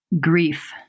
grief